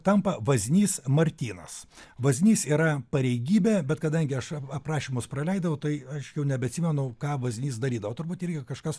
tampa vaznys martynas vaznys yra pareigybė bet kadangi aš ap aprašymus praleidau tai aš jau nebeatsimenu ką bazys darydavo turbūt irgi kažkas